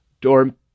dorm